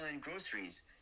groceries